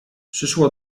przyszło